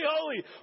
holy